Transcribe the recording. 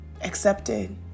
accepted